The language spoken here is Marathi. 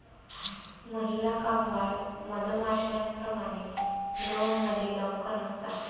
महिला कामगार मधमाश्यांप्रमाणे, ड्रोनमध्ये डंक नसतात